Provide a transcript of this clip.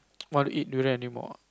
want to eat durian anymore ah